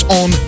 on